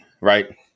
right